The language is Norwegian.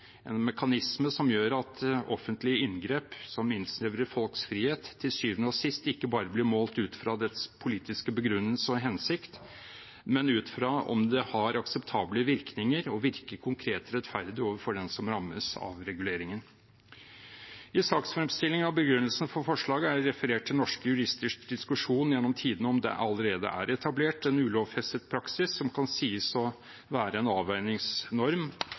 en mekanisme som gjør at et offentlig inngrep som innsnevrer folks frihet, til syvende og sist ikke bare blir målt ut fra sin politiske begrunnelse og hensikt, men også ut fra om det har akseptable virkninger og virker konkret rettferdig overfor dem som rammes av reguleringen. I saksfremstillingen og begrunnelsen for forslaget er det referert til norske juristers diskusjon gjennom tidene om det allerede er etablert en ulovfestet praksis som kan sies å være en avveiningsnorm